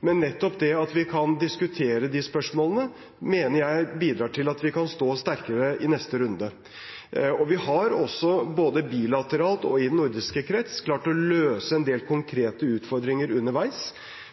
men nettopp det at vi kan diskutere spørsmålene, mener jeg bidrar til at vi kan stå sterkere i neste runde. Vi har også både bilateralt og i den nordiske krets klart å løse en del konkrete utfordringer underveis,